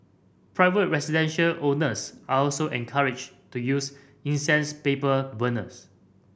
private residential owners are also encouraged to use incense paper burners